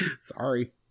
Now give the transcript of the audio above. Sorry